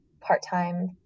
part-time